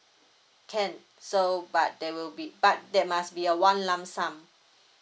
can so but there will be but that must be a one lump sum